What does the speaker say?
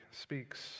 speaks